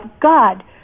God